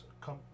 come